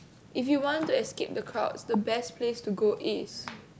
if you want to escape the crowds the best place to go is